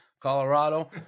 Colorado